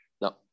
No